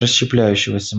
расщепляющегося